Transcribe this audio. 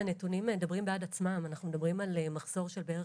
הנתונים מדברים בעד עצמם: אנחנו מדברים על מחסור של בערך